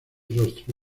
rostro